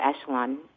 echelon